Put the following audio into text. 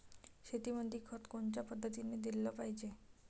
शेतीमंदी खत कोनच्या पद्धतीने देलं पाहिजे?